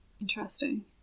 Interesting